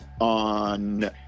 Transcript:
On